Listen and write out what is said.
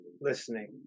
listening